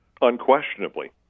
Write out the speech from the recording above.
Unquestionably